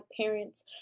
parents